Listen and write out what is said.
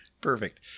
Perfect